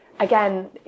again